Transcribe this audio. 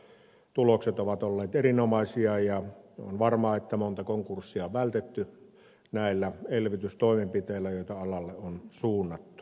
erityisesti rakennusalalla tulokset ovat olleet erinomaisia ja on varmaa että on monta konkurssia vältetty näillä elvytystoimenpiteillä joita alalle on suunnattu